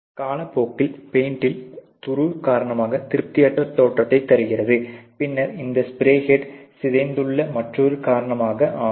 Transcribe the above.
காலப்போக்கில் பெயிண்ட்டில் துரு காரணமாக திருப்தியற்ற தோற்றத்தை தருகிறது பின்னர் இந்த ஸ்ப்ரே ஹெட் சிதைத்துள்ளது மற்றொரு காரணமாக ஆகும்